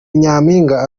nyampinga